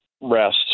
rest